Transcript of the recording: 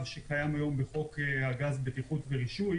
שקיים היום בחוק הגז (בטיחות ורישוי),